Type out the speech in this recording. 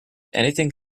anything